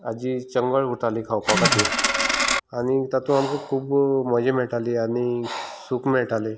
हाजी चंगळ उरताली खावपा खातीर आनी तातूंत आमकां खूब मजा मेळटाली आनी सूख मेळटालें